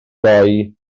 doe